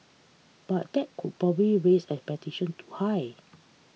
but that would probably raise expectation too high